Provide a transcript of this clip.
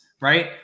right